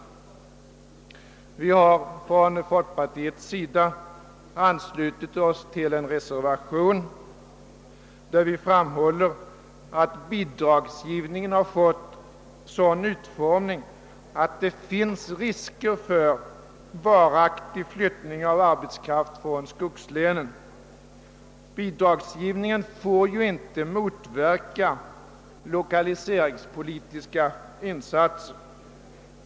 Folkpartiets representanter i statsutskottet har anslutit sig till en reservation, i vilken det framhålls att bidragsgivningen har fått sådan utformning att det finns risker för varaktig flyttning av arbetskraft från skogslänen. Bidragsgivningen får ju inte motverka lokaliseringspolitiska insatser.